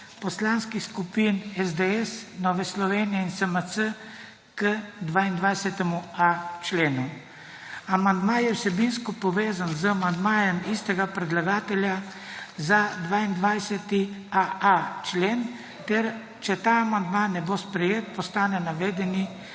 poslanskih skupin SDS, Nove Slovenije in SMC k 22.a členu. Amandma je vsebinsko povezan z amandmajem istega predlagatelja za 22.aa člen ter če ta amandma ne bo sprejet, postane navedeni